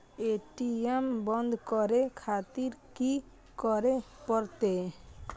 ATM बंद करें खातिर की करें परतें?